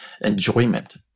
enjoyment